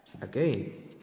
Again